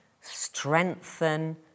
strengthen